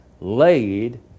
laid